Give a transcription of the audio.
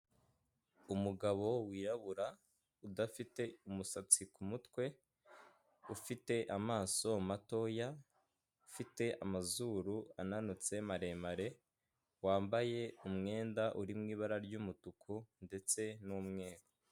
Umugabo wirabura udafite umusatsi ku mutwe, ufite amaso matoya, ufite amazuru ananutse maremare, wambaye umwenda uri mu ibara ry'umutuku ndetse n'umweru.